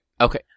Okay